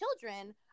children